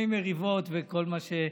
מריבות וכל מה,